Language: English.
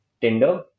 Tinder